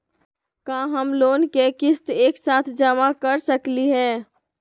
का हम लोन के किस्त एक साथ जमा कर सकली हे?